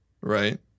Right